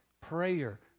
prayer